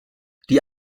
die